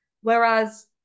whereas